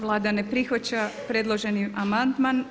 Vlada ne prihvaća predloženi amandman.